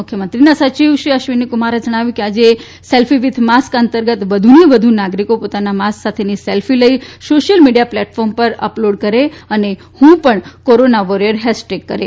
મુખ્યમંત્રીના સયિવ શ્રી અશ્વિની કુમારે જણાવ્યું છે કે આજે સેલ્ફી વિથ માસ્ક અંતર્ગત વધુ ને વધુ નાગરિકો પોતાની માસ્ક સાથેની સેલ્ફી લઈને સોશિયલ મીડિયા પ્લેટફોર્મ ઉપર અપલોડ કરે અને હું પણ કોરોના વોરિયર હેશ ટેગ કરે